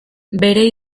bere